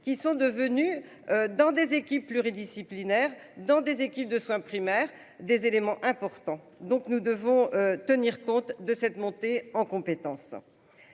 qui sont devenus. Dans des équipes pluridisciplinaires dans des équipes de soins primaires des éléments importants, donc nous devons tenir compte de cette montée en compétences.